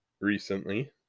Recently